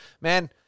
man